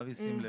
אבי, שים לב.